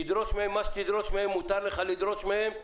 תדרוש מהם מה שתדרוש מהם - מותר לך לדרוש מהם.